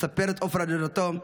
מספרת עופרה ידידתו,